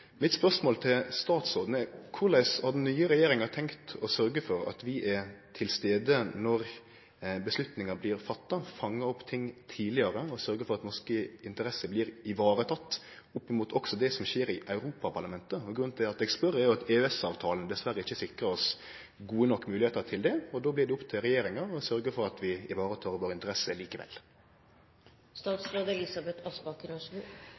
Mitt spørsmål til statsråden er: Korleis har den nye regjeringa tenkt å sørgje for at vi er til stades når avgjerder blir fatta, fangar opp ting tidlegare og sørgjer for at norske interesser blir tekne vare på, også når det gjeld det som skjer i Europaparlamentet? Grunnen til at eg spør er jo at EØS-avtalen dessverre ikkje sikrar oss gode nok moglegheiter til det, og då blir det opp til regjeringa å sørgje for at vi